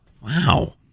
Wow